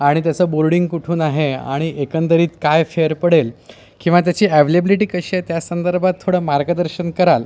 आणि त्याचं बोर्डिंग कुठून आहे आणि एकंदरीत काय फेअर पडेल किंवा त्याची ॲव्लेबिलिटी कशी आहे त्या संदर्भात थोडं मार्गदर्शन कराल